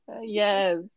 yes